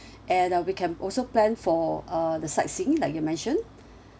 and uh we can also plan for uh the sightseeing like you mentioned